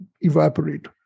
evaporate